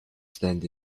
stand